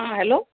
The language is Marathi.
हा हॅलो